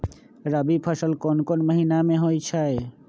रबी फसल कोंन कोंन महिना में होइ छइ?